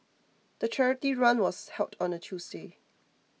the charity run was held on a Tuesday